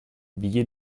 billet